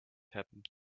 happened